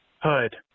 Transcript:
Hood